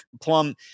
Plum